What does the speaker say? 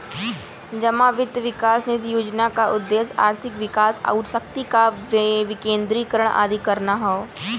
जमा वित्त विकास निधि योजना क उद्देश्य आर्थिक विकास आउर शक्ति क विकेन्द्रीकरण आदि करना हौ